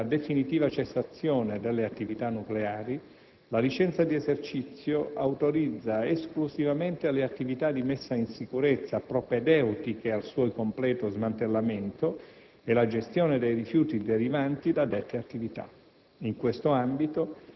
Tenuto conto della definitiva cessazione delle attività nucleari, la licenza di esercizio autorizza esclusivamente le attività di messa in sicurezza propedeutiche al suo completo smantellamento e la gestione dei rifiuti derivanti da dette attività.